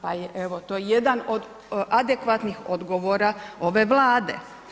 Pa je evo to jedan od adekvatnih odgovora ove Vlade.